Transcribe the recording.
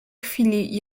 chwili